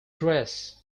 dress